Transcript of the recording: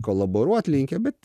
kolaboruot linkę bet